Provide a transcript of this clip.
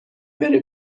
بره